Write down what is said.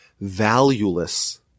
valueless